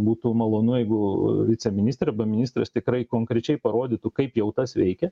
būtų malonu jeigu viceministrė arba ministras tikrai konkrečiai parodytų kaip jau tas veikia